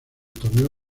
torneo